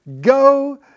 Go